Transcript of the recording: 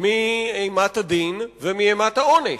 מאימת הדין ומאימת העונש.